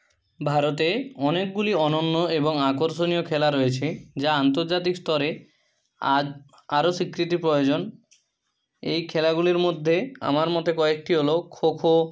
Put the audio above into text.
ভারতে অনেকগুলি অনন্য এবং আকর্ষণীয় খেলা রয়েছে যা আন্তর্জাতিক স্তরে আর আরও স্বীকৃতি প্রয়োজন এই খেলাগুলির মধ্যে আমার মতে কয়েকটি হলো খো খো